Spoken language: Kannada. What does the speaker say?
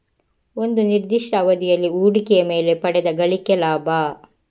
ಒಂದು ನಿರ್ದಿಷ್ಟ ಅವಧಿಯಲ್ಲಿ ಹೂಡಿಕೆಯ ಮೇಲೆ ಪಡೆದ ಗಳಿಕೆ ಲಾಭ